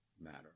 matter